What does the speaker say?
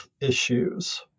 issues